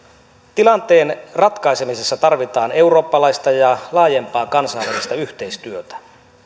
tilanteen ratkaisemisessa tarvitaan eurooppalaista ja laajempaa kansainvälistä yhteistyötä